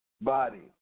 body